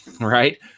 right